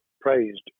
praised